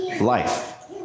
life